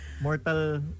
Mortal